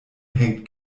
hängt